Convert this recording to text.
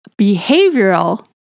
behavioral